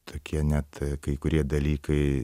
tokie net kai kurie dalykai